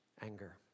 Anger